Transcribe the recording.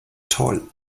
toll